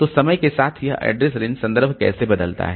तो समय के साथ यह एड्रेस रेंज संदर्भ कैसे बदलता है